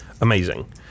Amazing